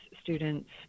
students